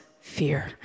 fear